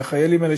מהחיילים האלה,